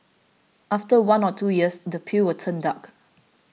after one or two years the peel will turn dark